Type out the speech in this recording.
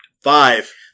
Five